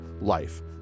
life